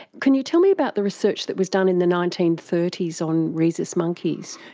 can you tell me about the research that was done in the nineteen thirty s on rhesus monkeys?